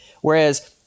Whereas